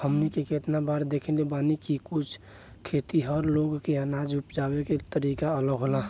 हमनी के केतना बार देखले बानी की कुछ खेतिहर लोग के अनाज उपजावे के तरीका अलग होला